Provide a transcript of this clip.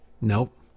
Nope